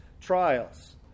trials